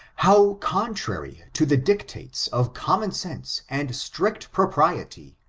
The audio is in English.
how contrary to the dictates of common sense and strict propriety,